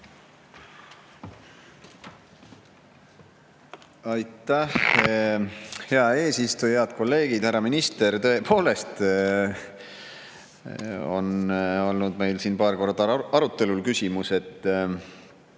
Aitäh, hea eesistuja! Head kolleegid! Härra minister! Tõepoolest on olnud meil siin paar korda arutelul küsimus,